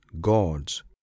gods